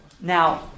Now